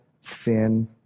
sin